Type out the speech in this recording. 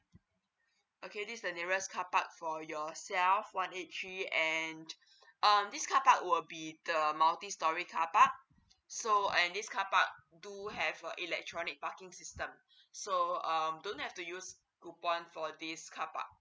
okay this is the nearest carpark for yourself one eight three and um this car park will be the multi storey carpark so and this car park do have a electronic parking system so um don't have to use coupon for this car park